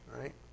right